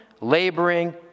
laboring